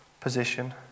position